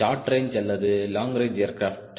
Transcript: short range அல்லது long range aircraft